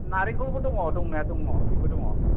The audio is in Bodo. नलेंखरबो दङ' दंनाया दङ' बेबो दङ